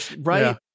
Right